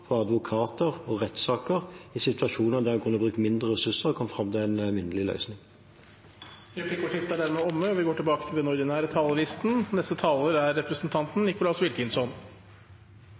på advokater og rettssaker i situasjoner der en kunne brukt mindre ressurser og kommet fram til en minnelig løsning. Replikkordskiftet er omme.